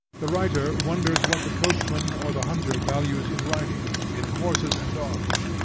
the writer wonders what the coachman or the hunter values in riding, in horses and dogs.